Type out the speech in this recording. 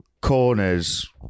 Corners